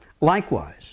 Likewise